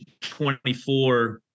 24